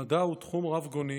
המדע הוא תחום רבגוני